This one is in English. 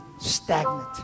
stagnant